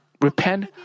repent